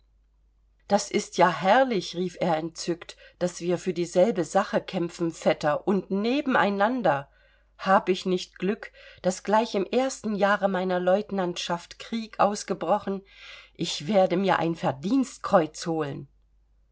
das ist ja herrlich rief er entzückt daß wir für dieselbe sache kämpfen vetter und nebeneinander hab ich nicht glück daß gleich im ersten jahre meiner lieutenantschaft krieg ausgebrochen ich werde mir ein verdienstkreuz holen